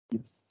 Yes